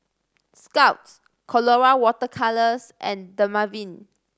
scott's Colora Water Colours and Dermaveen